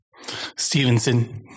Stevenson